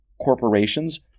corporations